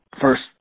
first